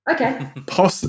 Okay